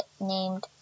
named